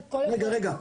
רגע,